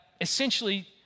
essentially